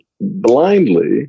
blindly